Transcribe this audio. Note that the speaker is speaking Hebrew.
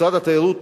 משרד התיירות